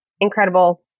incredible